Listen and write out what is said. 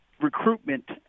recruitment